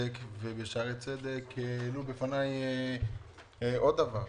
חולים שערי צדק, ושם העלו בפניי עוד דבר.